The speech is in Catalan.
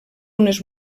unes